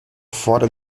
fora